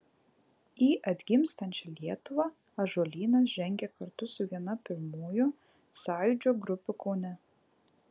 į atgimstančią lietuvą ąžuolynas žengė kartu su viena pirmųjų sąjūdžio grupių kaune